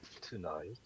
Tonight